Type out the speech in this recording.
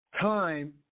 time